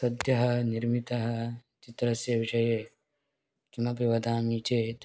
सद्यः निर्मितः चित्रस्य विषये किमपि वदामि चेत्